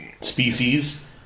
species